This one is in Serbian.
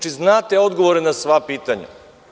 Dakle, znate odgovore na sva pitanja.